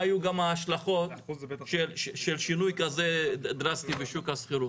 יהיו ההשלכות של שינוי כזה דרסטי בשוק השכירות.